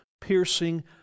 piercing